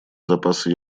запасы